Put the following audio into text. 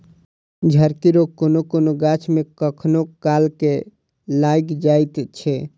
झड़की रोग कोनो कोनो गाछ मे कखनो काल के लाइग जाइत छै